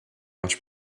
much